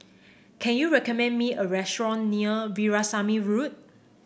can you recommend me a restaurant near Veerasamy Road